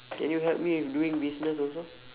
can you help me with doing business also